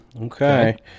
Okay